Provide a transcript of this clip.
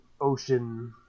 ocean